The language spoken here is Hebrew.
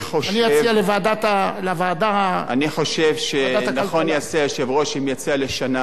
אני אציע לוועדת הכלכלה אני חושב שנכון יעשה היושב-ראש אם יציע לשנה,